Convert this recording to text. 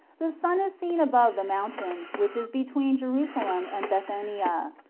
the sun is seen above the mountain, which is between jerusalem and bethania.